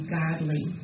godly